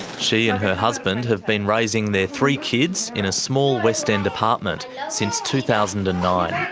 she and her husband have been raising their three kids in a small west end apartment since two thousand and nine. and